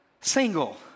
Single